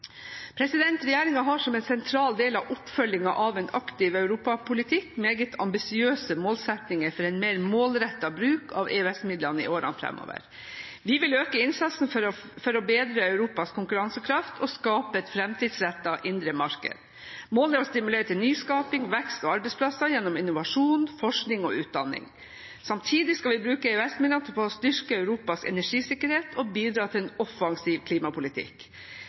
har som en sentral del av oppfølgingen av en aktiv europapolitikk meget ambisiøse målsettinger for en mer målrettet bruk av EØS-midlene i årene framover. Vi vil øke innsatsen for å bedre Europas konkurransekraft og skape et framtidsrettet indre marked. Målet er å stimulere til nyskaping, vekst og arbeidsplasser gjennom innovasjon, forskning og utdanning. Samtidig skal vi bruke EØS-midler på å styrke Europas energisikkerhet og bidra til en offensiv klimapolitikk.